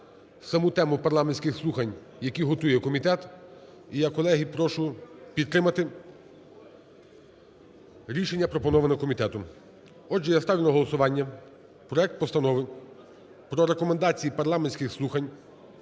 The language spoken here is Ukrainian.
саму тему парламентських слухань, які готує комітет. І я, колеги, прошу підтримати рішення пропоноване комітетом. Отже, я ставлю на голосування проект Постанови про Рекомендації парламентських слухань